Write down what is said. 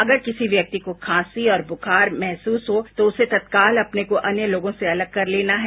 अगर किसी व्यक्ति को खांसी और बुखार महसूस हो तो उसे तत्काल अपने को अन्य लोगों से अलग कर लेना है